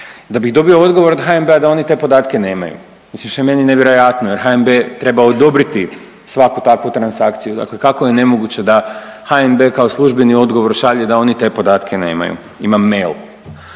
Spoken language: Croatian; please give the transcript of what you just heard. Da bih dobio odgovor od HNB-a da oni te podatke nemaju. Mislim što je meni nevjerojatno jer HNB treba odobriti svaku takvu transakciju, dakle kako je nemoguće da HNB kao službeni odgovor šalje da oni te podatke nemaju. Imam mail.